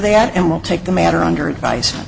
the at and will take the matter under advice